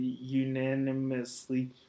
unanimously